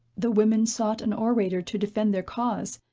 the women sought an orator to defend their cause,